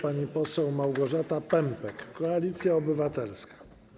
Pani poseł Małgorzata Pępek, Koalicja Obywatelska.